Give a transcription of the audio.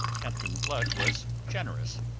captain blood was generous.